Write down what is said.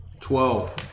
Twelve